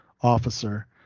officer